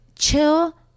chill